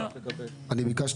אבל זה